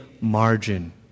margin